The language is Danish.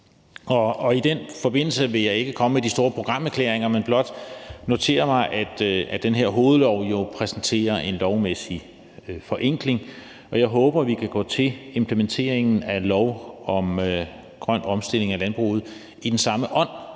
I den forbindelse vil jeg ikke komme med de store programerklæringer, men blot notere mig, at den her hovedlov jo præsenterer en lovmæssig forenkling, og jeg håber, at vi kan gå til implementeringen af lov om grøn omstilling af landbruget i den samme ånd